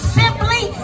simply